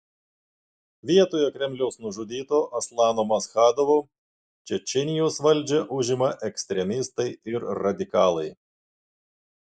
vietoje kremliaus nužudyto aslano maschadovo čečėnijos valdžią užima ekstremistai ir radikalai